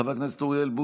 חבר הכנסת אחמד טיבי,